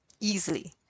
easily